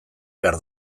behar